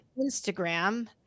Instagram